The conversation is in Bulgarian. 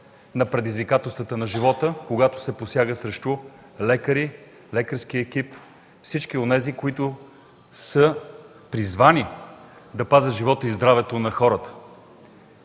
на предизвикателствата на живота, когато се посяга срещу лекари, срещу лекарски екипи – всички онези, които са призвани да пазят живота и здравето на хората.